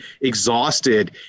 exhausted